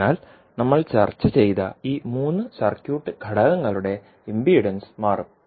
അതിനാൽ നമ്മൾ ചർച്ച ചെയ്ത ഈ മൂന്ന് സർക്യൂട്ട് ഘടകങ്ങളുടെ ഇംപിഡൻസ് മാറും